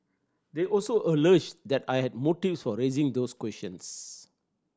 they also alleged that I had motives for raising those questions